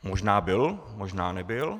Možná byl, možná nebyl.